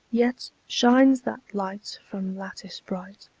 yet shines that light from lattice bright,